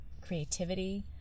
creativity